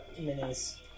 Minis